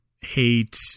hate